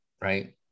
right